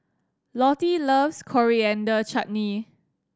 Lottie loves Coriander Chutney